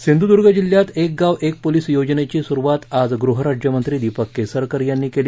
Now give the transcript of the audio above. सिंधुद्र्ग जिल्ह्यात एक गाव एक पोलिस योजनेची सुरूवात आज गृहराज्यमंत्री दिपक केसरकर यांनी केली